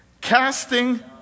Casting